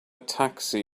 taxi